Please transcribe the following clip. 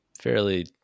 fairly